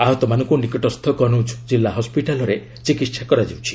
ଆହତମାନଙ୍କୁ ନିକଟସ୍ଥ କନୌଜ କିଲ୍ଲା ହସ୍କିଟାଲ୍ରେ ଚିକିତ୍ସା କରାଯାଉଛି